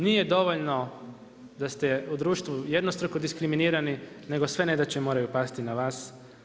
Nije dovoljno da ste u društvu jednostruko diskriminirani nego sve nedaće moraju pasti na vas.